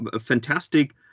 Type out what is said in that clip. fantastic